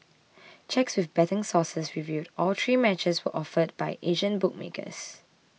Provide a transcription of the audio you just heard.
checks with betting sources revealed all three matches were offered by Asian bookmakers